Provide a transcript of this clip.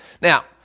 Now